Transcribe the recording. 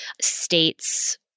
states